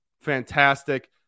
Fantastic